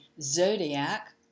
zodiac